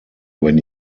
when